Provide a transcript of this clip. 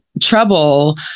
trouble